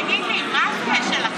תגיד לי, מה זה "שלכם"?